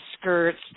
skirts